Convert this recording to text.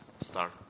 start